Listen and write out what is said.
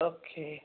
okay